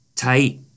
Tight